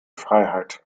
freiheit